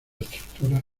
estructura